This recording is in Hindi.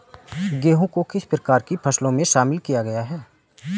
गेहूँ को किस प्रकार की फसलों में शामिल किया गया है?